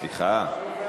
סליחה.